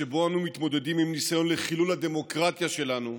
שבו אנו מתמודדים עם ניסיון לחילול הדמוקרטיה שלנו,